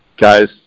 guys